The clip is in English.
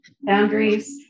boundaries